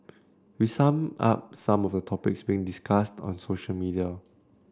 we sum up some of the topics being discussed on social media